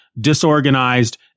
disorganized